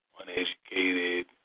uneducated